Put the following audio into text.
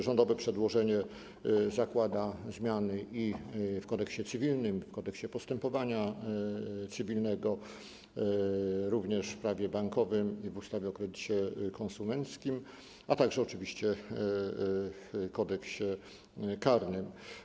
Rządowe przedłożenie zakłada zmiany i w Kodeksie cywilnym, i w Kodeksie postępowania cywilnego, jak również w Prawie bankowym i w ustawie o kredycie konsumenckim, a także oczywiście w Kodeksie karnym.